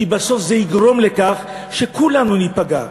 כי בסוף זה יגרום לכך שכולנו ניפגע,